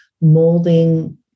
molding